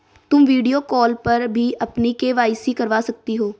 तुम video call पर भी अपनी के.वाई.सी करवा सकती हो